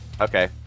Okay